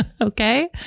okay